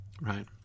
right